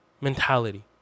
mentality